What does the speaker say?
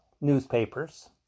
newspapers